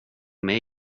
mig